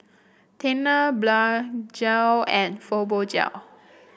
Tena Blephagel and Fibogel